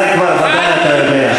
את זה כבר ודאי אתה יודע.